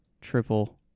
triple